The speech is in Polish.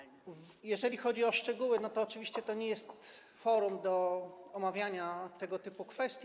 Jeżeli chodzi o szczegóły, to oczywiście nie jest to forum do omawiania tego typu kwestii.